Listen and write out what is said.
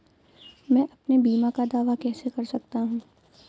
मैं अपने बीमा का दावा कैसे कर सकता हूँ?